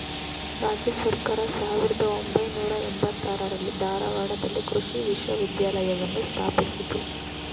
ರಾಜ್ಯ ಸರ್ಕಾರ ಸಾವಿರ್ದ ಒಂಬೈನೂರ ಎಂಬತ್ತಾರರಲ್ಲಿ ಧಾರವಾಡದಲ್ಲಿ ಕೃಷಿ ವಿಶ್ವವಿದ್ಯಾಲಯವನ್ನು ಸ್ಥಾಪಿಸಿತು